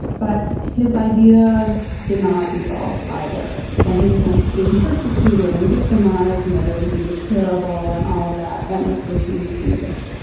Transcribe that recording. but his ideas did not evolve either. and his sense of being persecuted and victimized and that everything was terrible and all of that, that never changed either.